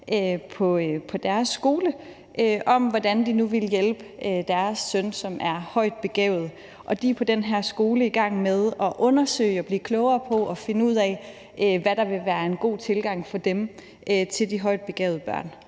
på deres skole om, hvordan de nu ville hjælpe deres søn, som er højt begavet. Og de er på den her skole i gang med at undersøge og blive klogere på og finde ud af, hvad der vil være en god tilgang for dem til de højt begavede børn.